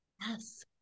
Yes